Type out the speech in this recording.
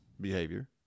behavior